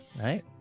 Right